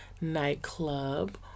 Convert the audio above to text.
nightclub